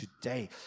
today